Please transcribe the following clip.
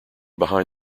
behind